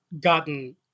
gotten